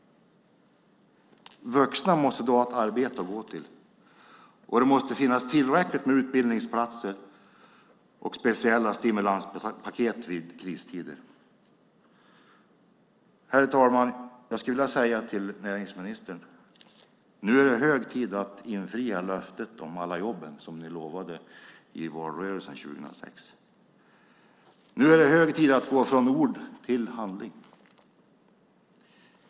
Vuxna måste då ha ett arbete att gå till, och det måste finnas tillräckligt med utbildningsplatser och speciella stimulanspaket i kristider. Herr talman! Jag skulle vilja säga följande till näringsministern: Nu är det hög tid att infria löftet om alla jobb som ni lovade i valrörelsen 2006. Nu är det hög tid att gå från ord till handling.